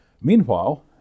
Meanwhile